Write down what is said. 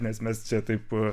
nes mes taip